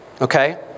okay